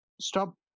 stop